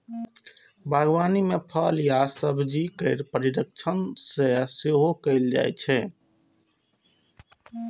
बागवानी मे फल आ सब्जी केर परीरक्षण सेहो कैल जाइ छै